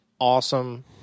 awesome